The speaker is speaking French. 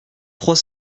trois